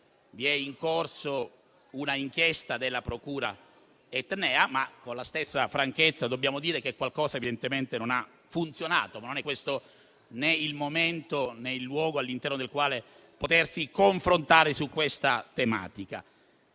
è in corso un'inchiesta della procura etnea; ma con la stessa franchezza dobbiamo dire che qualcosa evidentemente non ha funzionato anche se non è questo né il momento, né il luogo all'interno del quale potersi confrontare su questa tematica.